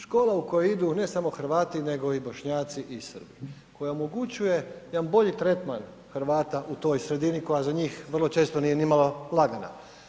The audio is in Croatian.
Škola u koju idu ne samo Hrvati nego i Bošnjaci i Srbi, koja omogućuje jedan bolji tretman Hrvata u toj sredini koja za njih vrlo često nije nimalo lagana.